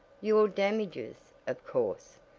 your damages, of course.